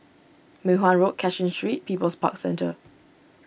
Mei Hwan Road Cashin Street People's Parks Centre